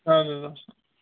اَدٕ حظ اسلام